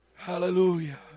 Hallelujah